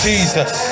Jesus